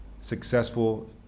successful